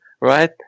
right